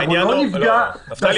אבל לא נפגע בעסקים,